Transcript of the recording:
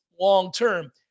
long-term